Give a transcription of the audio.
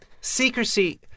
secrecy